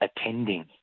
attending